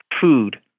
food